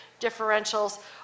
differentials